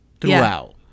throughout